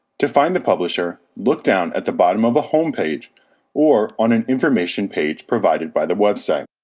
to find the publisher, look down at the bottom of a home page or on an information page provided by the website.